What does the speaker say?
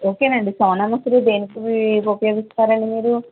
okay అండి సోనా మసూరి దేనికి ఉపయోగిస్తారండి మీరు